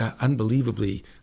unbelievably